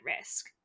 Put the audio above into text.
risk